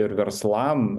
ir verslam